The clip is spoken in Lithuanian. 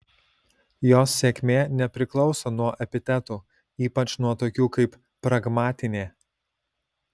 jos sėkmė nepriklauso nuo epitetų ypač nuo tokių kaip pragmatinė